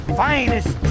finest